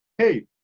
hey,